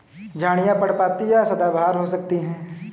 झाड़ियाँ पर्णपाती या सदाबहार हो सकती हैं